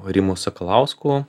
rimu sakalausku